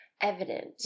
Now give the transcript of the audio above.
evident